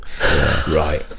right